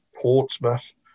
Portsmouth